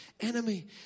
enemy